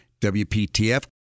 WPTF